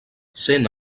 sent